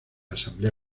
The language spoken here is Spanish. asamblea